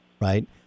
right